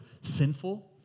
sinful